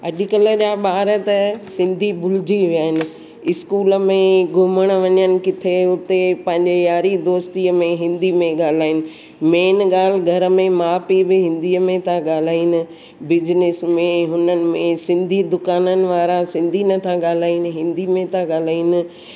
अॼुकल्ह जा ॿार त सिंधी भुलिजी विया आहिनि स्कूल में घुमणु वञणु किथे हुते पंहिंजी यारी दोस्तीअ में हिंदीअ में ॻाल्हाइनि मेन ॻाल्हि घर में माउ पीउ बि हिंदीअ में त ॻाल्हाइनि बिजनेस में हुननि में सिंधी दुकाननि वारा सिंधी नथा ॻाल्हाइनि हिंदी में था ॻाल्हाइनि